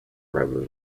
rather